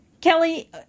Kelly